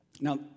Now